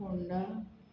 Ponda